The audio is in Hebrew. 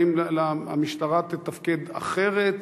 האם המשטרה תתפקד אחרת